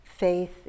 faith